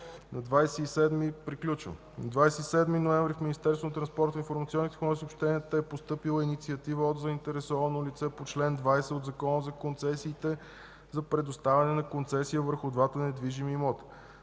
и съобщенията е постъпила инициатива от заинтересовано лице по чл. 20 от Закона за концесиите за предоставяне на концесия върху двата недвижими имота,